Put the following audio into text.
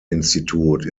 institut